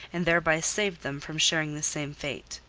and thereby saved them from sharing the same fate.